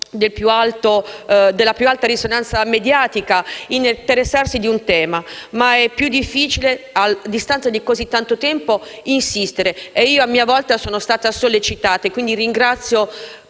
della più alta risonanza mediatica, interessarsi di un tema, ma è più difficile insistere a distanza di così tanto tempo. A mia volta sono stata sollecitata e, quindi, ringrazio